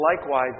likewise